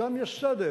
שם יש סדר,